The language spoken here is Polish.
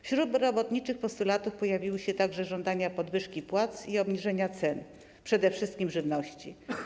Wśród robotniczych postulatów pojawiły się także żądania podwyżki płac i obniżenia cen, przede wszystkim żywności.